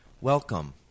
Welcome